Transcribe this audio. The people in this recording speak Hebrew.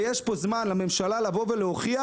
ויש פה זמן לממשלה לבוא ולהוכיח